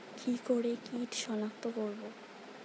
কি করে কিট শনাক্ত করব?